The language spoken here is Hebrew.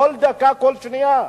כל דקה וכל שנייה.